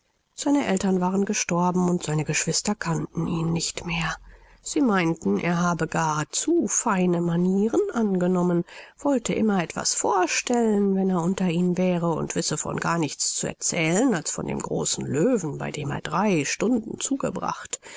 seine eltern waren gestorben und seine geschwister kannten ihn nicht mehr sie meinten er habe gar zu feine manieren angenommen wollte immer etwas vorstellen wenn er unter ihnen wäre und wisse von gar nichts zu erzählen als von dem großen löwen bei dem er drei stunden zugebracht